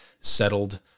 settled